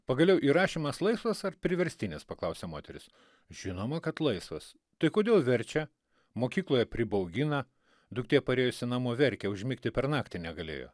pagaliau įrašymas laisvas ar priverstinis paklausė moteris žinoma kad laisvas tai kodėl verčia mokykloje pribaugina duktė parėjusi namo verkė užmigti per naktį negalėjo